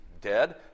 dead